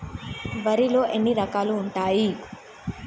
వరిలో ఎన్ని రకాలు ఉంటాయి?